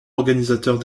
organisateurs